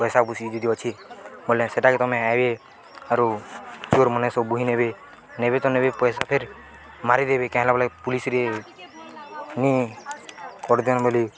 ପଇସା ପୁଷି ଯଦି ଅଛି ବଲେ ସେଟାକି ତମେ ଆବେ ଆରୁ ଚୋର୍ ମାନେ ସବ ବୁହି ନେବେ ନେବେ ତ ନେବେ ପଇସା ଫେର୍ ମାରିଦେବେ କହିଁଲା ବୋଲେ ପୋଲିସରେ ନି କରିଦନ୍ ବୋଲି